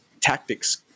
tactics